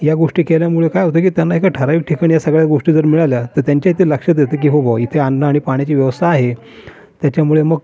या गोष्टी केल्यामुळं काय होतं की त्यांना एका ठराविक ठिकाणी या सगळ्या गोष्टी जर मिळाल्या तर त्यांच्याही ते लक्षात येतं की हो बुवा इथे अन्न आणि पाण्याची व्यवस्था आहे त्याच्यामुळे मग